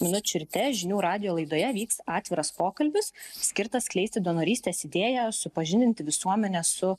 minučių ryte žinių radijo laidoje vyks atviras pokalbis skirtas skleisti donorystės idėją supažindinti visuomenę su